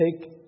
take